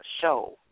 show